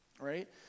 right